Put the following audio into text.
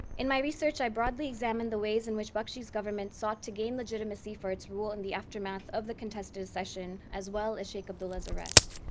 in my research, i broadly examined the ways in which bakshi's governments sought to gain legitimacy for its rule in the aftermath of the contested accession, as well as sheik abdullah's arrest.